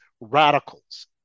radicals